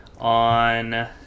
on